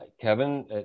Kevin